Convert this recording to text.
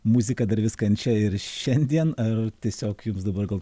muzika dar vis kančia ir šiandien ar tiesiog jums dabar gal